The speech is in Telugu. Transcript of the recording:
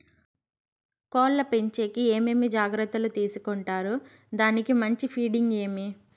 కోళ్ల పెంచేకి ఏమేమి జాగ్రత్తలు తీసుకొంటారు? దానికి మంచి ఫీడింగ్ ఏమి?